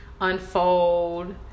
unfold